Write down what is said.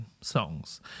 songs